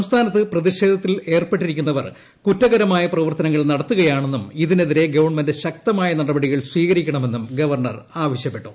സംസ്ഥാനത്ത് പ്രതിഷേധ ത്തിലേർപ്പെട്ടിരിക്കുന്നവർ കുറ്റകരമായ പ്രിപ്പർത്തനങ്ങൾ നടത്തുക യാണെന്നും ഇതി നെതിരെ ഗവൺമെന്റ് ശക്തമായ നടപടികൾ സ്വീകരിക്കണമെന്നും ഗവർണർ ആപ്ൽപ്പെട്ടു